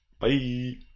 Bye